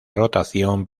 rotación